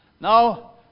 Now